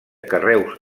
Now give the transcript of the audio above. carreus